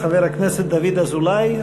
חבר הכנסת דוד אזולאי,